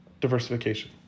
diversification